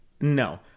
No